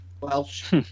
Welsh